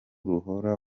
ruhora